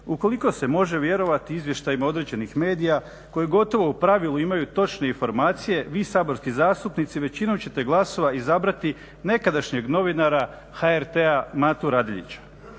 Ukoliko se može vjerovati izvještajima određenih medija koje gotovo u pravilu imaju točne informacije vi saborski zastupnici većinu ćete glasova izabrati nekadašnjeg novinara HRT-a Matu Radeljića.